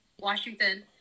Washington